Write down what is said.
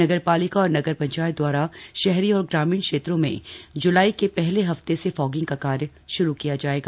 नगरपालिका और नगर पंचायत द्वारा शहरी और ग्रामीण क्षेत्रों में ज्लाई के पहले हफ्ते से फॉगिंग का कार्य श्रू किया जाएगा